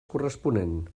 corresponent